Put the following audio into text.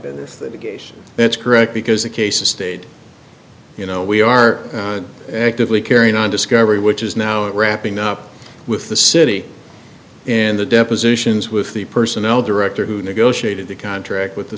case that's correct because the cases state you know we are actively carrying on discovery which is now it wrapping up with the city and the depositions with the personnel director who negotiated the contract with the